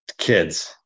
kids